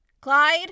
Clyde